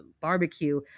barbecue